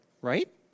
right